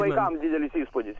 vaikams didelis įspūdis